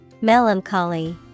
Melancholy